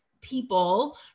people